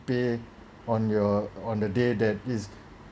pay on your on the day that is